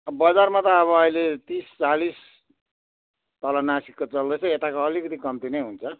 बजारमा त अब अहिले तिस चालिस तल माथिको चल्दैछ यताको अलिकति कम्ती नै हुन्छ